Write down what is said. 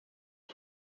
日本